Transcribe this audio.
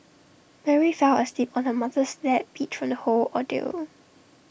Mary fell asleep on her mother's lap beat from the whole ordeal